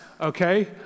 Okay